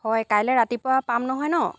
হয় কাইলৈ ৰাতিপুৱা পাম নহয় ন